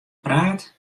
praat